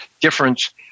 difference